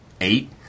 Eight